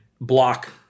block